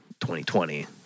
2020